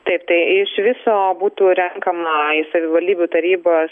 taip tai iš viso būtų renkama į savivaldybių tarybas